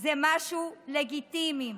זה משהו לגיטימי.